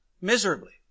miserably